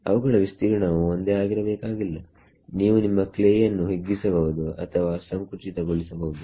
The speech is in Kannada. ಅವುಗಳ ವಿಸ್ತೀರ್ಣವು ಒಂದೇ ಆಗಿರಬೇಕಾಗಿಲ್ಲನೀವು ನಿಮ್ಮ ಕ್ಲೇ ಯನ್ನು ಹಿಗ್ಗಿಸಬಹುದು ಅಥವಾ ಸಂಕುಚಿತಗೊಳಿಸಬಹುದು